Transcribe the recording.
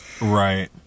Right